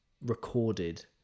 recorded